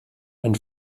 ein